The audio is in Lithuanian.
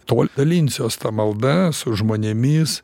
tol dalinsiuos ta malda su žmonėmis